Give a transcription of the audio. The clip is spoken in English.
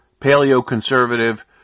Paleo-Conservative